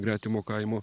gretimo kaimo